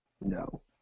No